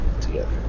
together